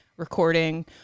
recording